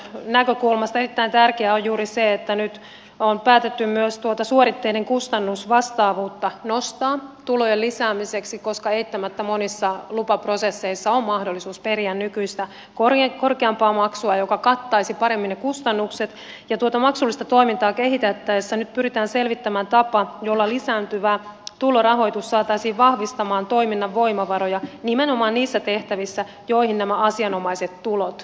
ympäristönäkökulmasta erittäin tärkeää on juuri se että nyt on päätetty myös suoritteiden kustannusvastaavuutta nostaa tulojen lisäämiseksi koska eittämättä monissa lupaprosesseissa on mahdollisuus periä nykyistä korkeampaa maksua joka kattaisi paremmin ne kustannukset ja tuota maksullista toimintaa kehitettäessä nyt pyritään selvittämään tapa jolla lisääntyvä tulorahoitus saataisiin vahvistamaan toiminnan voimavaroja nimenomaan niissä tehtävissä joihin asianomaiset tulot kohdentuvat